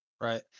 Right